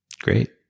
great